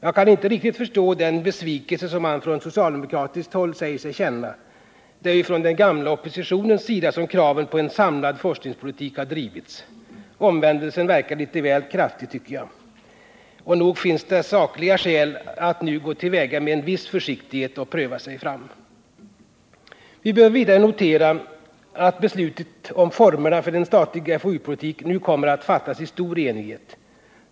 Jag kan inte riktigt förstå den besvikelse som man på socialdemokratiskt håll säger sig känna. Det är ju från den gamla oppositionens sida som kraven på en samlad forskningspolitik har drivits. Omvändelsen verkar litet väl kraftig, tycker jag. Nog finns det sakliga skäl att nu gå till väga med en viss försiktighet och pröva sig fram. Vi bör vidare notera att beslutet om formerna för en statlig FoU-politik nu kommer att fattas i stor enighet.